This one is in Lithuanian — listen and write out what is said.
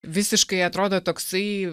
visiškai atrodo toksai